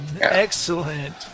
Excellent